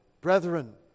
brethren